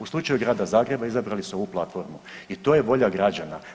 U slučaju grada Zagreba izabrali su ovu platformu i to je volja građana.